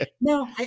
no